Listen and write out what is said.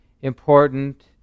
important